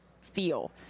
feel